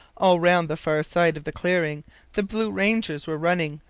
all round the far side of the clearing the blue rangers were running,